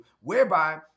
whereby